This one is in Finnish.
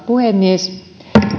puhemies